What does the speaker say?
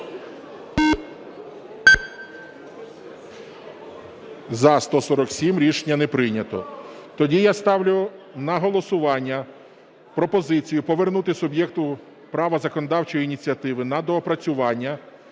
За-147 Рішення не прийнято. Тоді я ставлю на голосування пропозицію повернути суб'єкту права законодавчої ініціативи на доопрацювання